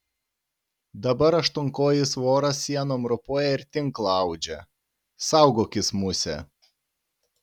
dabar aštuonkojis voras sienom ropoja ir tinklą audžia saugokis muse